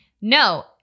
no